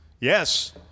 Yes